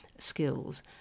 skills